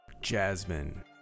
jasmine